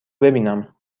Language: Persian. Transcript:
ببینم